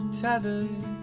tethered